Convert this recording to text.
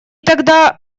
тогда